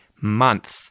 month